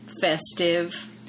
festive